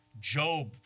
Job